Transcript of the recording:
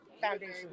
foundation